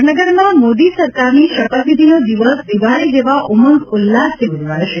વડનગરમાં મોદી સરકારની શપથવિધિનો દિવસ દિવાળી જેવા ઉમંગ ઉલ્લાસથી ઉજવાશે